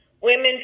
Women